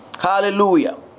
Hallelujah